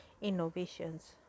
innovations